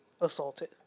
assaulted